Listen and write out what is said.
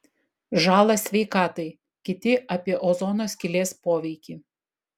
žalą sveikatai kiti apie ozono skylės poveikį